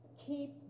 keep